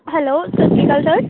hello ਸਤਿ ਸ਼੍ਰੀ ਅਕਾਲ ਸਰ